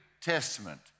Testament